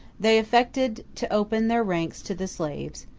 they affected to open their ranks to the slaves,